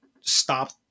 stop